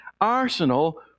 arsenal